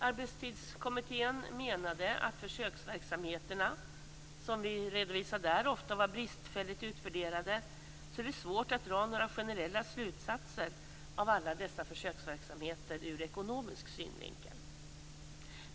Arbetstidskommittén menade att försöksverksamheterna som redovisades ofta var bristfälligt fördelade så att det är svårt att dra några generella slutsatser av alla dessa försöksverksamheter ur ekonomisk synvinkel.